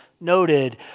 noted